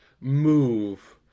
move